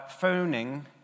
phoning